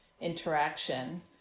interaction